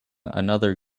another